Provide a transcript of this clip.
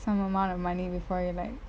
some amount of money before you like